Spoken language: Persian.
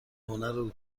هنر